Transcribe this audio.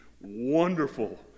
wonderful